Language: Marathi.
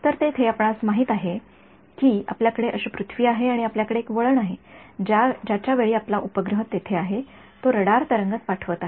तर तेथे आपणास माहित आहे की आपल्याकडे अशी पृथ्वी आहे आणि आपल्याकडे एक वळण आहे ज्याच्या वेळी आपला उपग्रह येथे आहे तो रडार तरंग पाठवित आहे